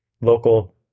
local